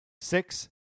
Six